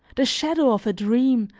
the shadow of a dream,